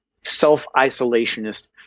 self-isolationist